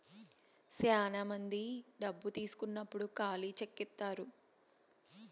శ్యానా మంది డబ్బు తీసుకున్నప్పుడు ఖాళీ చెక్ ఇత్తారు